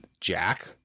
jack